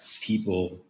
people